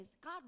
God